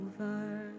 over